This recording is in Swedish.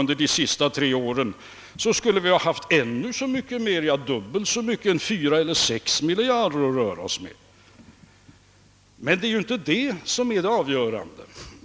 under de senaste tre åren så skulle vi haft dubbelt så mycket, 4 eller 6 miljarder mer, att röra oss med. Men det är ju inte det som är det avgörande.